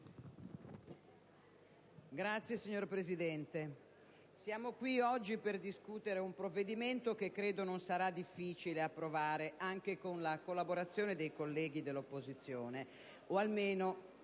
*(PdL)*. Signor Presidente, siamo qui oggi per discutere un provvedimento che credo non sarà difficile approvare, anche con la collaborazione dei colleghi dell'opposizione.